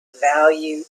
value